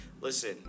listen